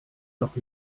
noch